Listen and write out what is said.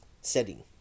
setting